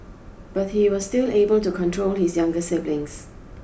but he was still able to control his younger siblings